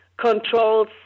controls